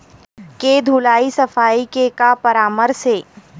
के धुलाई सफाई के का परामर्श हे?